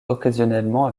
occasionnellement